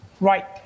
Right